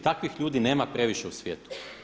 Takvih ljudi nema previše u svijetu.